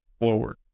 forward